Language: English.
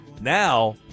Now